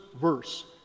verse